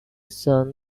son